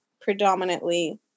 predominantly